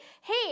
hey